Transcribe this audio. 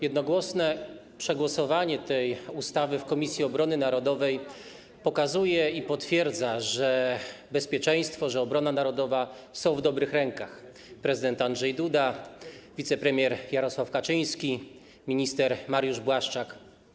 Jednogłośne przegłosowanie tej ustawy w Komisji Obrony Narodowej pokazuje i potwierdza, że bezpieczeństwo, że obrona narodowa jest w dobrych rękach prezydenta Andrzeja Dudy, wicepremiera Jarosława Kaczyńskiego, ministra Mariusza Błaszczaka.